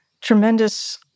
tremendous